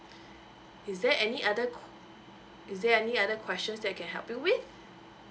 is there any other qu~ is there any other questions that I can help you with